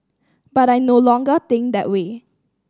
but I no longer think that way